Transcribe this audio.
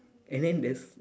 and then there's